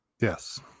yes